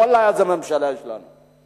ואללה, איזה ממשלה יש לנו.